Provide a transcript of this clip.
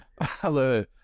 Hello